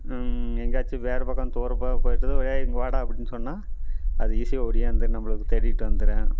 எங்கேயாச்சிம் வேறு பக்கம் தூரமாக போயிவிட்டு ஏய் இங்கே வாடா அப்படின்னு சொன்னா அது ஈஸியாக ஒடியாந்து விடும் நம்மளை தேடிகிட்டு வந்துரும்